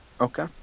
Okay